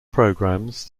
programmes